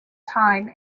time